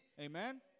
amen